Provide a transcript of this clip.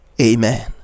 Amen